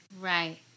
Right